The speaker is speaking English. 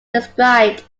described